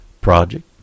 Project